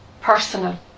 personal